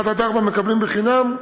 1 4 מקבלים בחינם,